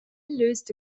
löste